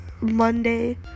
Monday